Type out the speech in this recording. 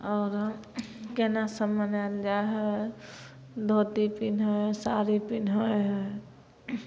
आओरो केना सब मनाएल जाइ हइ धोती पिन्है हइ साड़ी पिन्है हइ